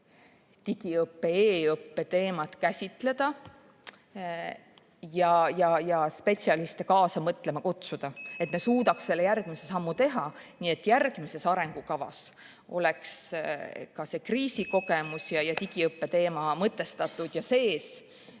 digiõppe ja e‑õppe teemat käsitleda ja spetsialiste kaasa mõtlema kutsuda, et me suudaks järgmise sammu teha, nii et järgmises arengukavas oleks ka see kriisikogemus ja digiõppe teema mõtestatud ja sees.